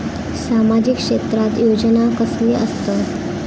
सामाजिक क्षेत्रात योजना कसले असतत?